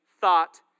thought